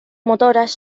motoras